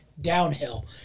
downhill